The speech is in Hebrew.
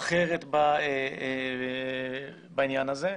אחרת בעניין הזה.